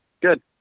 Good